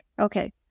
Okay